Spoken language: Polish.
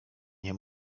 nie